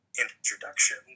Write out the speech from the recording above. introduction